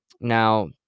Now